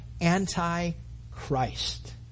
anti-Christ